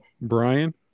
Brian